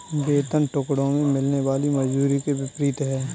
वेतन टुकड़ों में मिलने वाली मजदूरी के विपरीत है